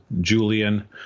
julian